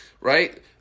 right